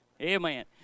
amen